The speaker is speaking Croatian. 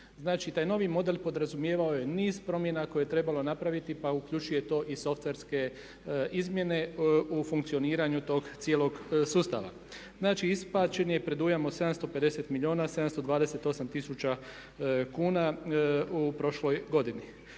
Znači taj novi model podrazumijevao je niz promjena koje je trebalo napraviti pa uključio je to i softverske izmjene u funkcioniranju tog cijelog sustava. Znači isplaćen je predujam od 750 milijuna 728 tisuća kuna u prošloj godini.